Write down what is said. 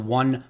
one